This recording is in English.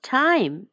time